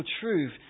truth